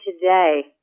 today